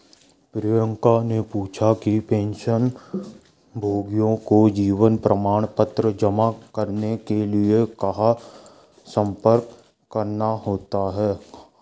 प्रियंका ने पूछा कि पेंशनभोगियों को जीवन प्रमाण पत्र जमा करने के लिए कहाँ संपर्क करना होता है?